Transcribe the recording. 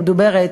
המדוברת,